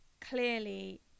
clearly